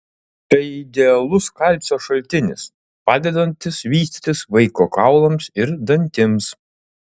tai idealus kalcio šaltinis padedantis vystytis vaiko kaulams ir dantims